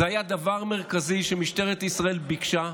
זה היה דבר מרכזי שמשטרת ישראל ביקשה,